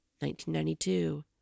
1992